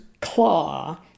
claw